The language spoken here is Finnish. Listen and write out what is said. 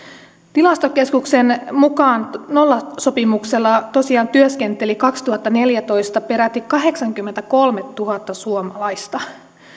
tilastokeskuksen mukaan nollasopimuksella tosiaan työskenteli kaksituhattaneljätoista peräti kahdeksankymmentäkolmetuhatta suomalaista